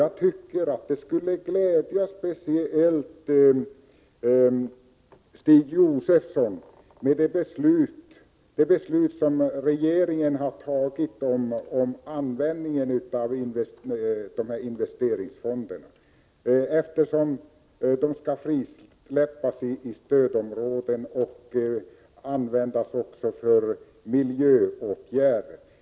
Jag tycker att det beslut som regeringen har fattat om användning av investeringsfondsmedlen skulle glädja speciellt Stig Josefson, nämligen att de skall frisläppas i stödområdet och användas också för miljöåtgärder.